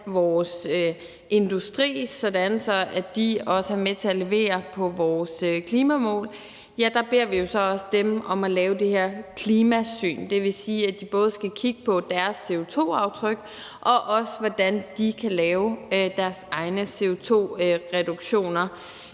vores industri, sådan at de også er med til at levere på vores klimamål, og der beder vi jo så også dem om at lave det her klimasyn. Det vil sige, at de både skal kigge på deres CO2-aftryk og også på, hvordan de kan lave deres egne CO2-reduktioner